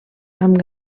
amb